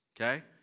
okay